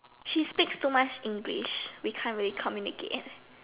she speaks too much English we can't really communicate